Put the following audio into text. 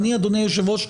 אדוני היושב ראש,